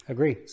Agree